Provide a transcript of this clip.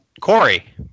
Corey